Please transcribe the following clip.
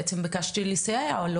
בעצם ביקשתי לסייע לו,